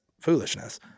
foolishness